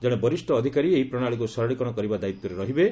ଜଣେ ବରିଷ୍ଣ ଅଧିକାରୀ ଏହି ପ୍ରଣାଳୀକୁ ସରଳୀକରଣ କରିବା ଦାୟିତ୍ୱରେ ରହିବେ